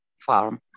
farm